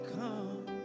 come